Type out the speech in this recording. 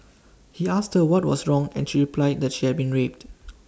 he asked her what was wrong and she replied that she had been raped